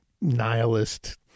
nihilist